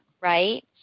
right